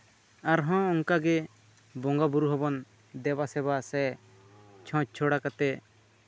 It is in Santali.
ᱟᱨᱦᱚᱸ ᱚᱱᱠᱟᱜᱮ ᱵᱚᱸᱜᱟ ᱵᱩᱨᱩ ᱫᱮᱵᱟ ᱥᱮᱵᱟ ᱥᱮ ᱪᱷᱚᱸᱪ ᱪᱷᱚᱲᱟ ᱠᱟᱛᱮᱜ